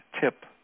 tip